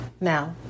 Now